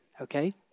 okay